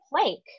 plank